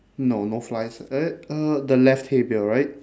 no no flies eh uh the left hay bale right